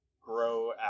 grow